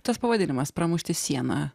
tas pavadinimas pramušti sieną